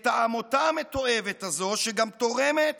את העמותה המתועבת הזו, שגם תורמת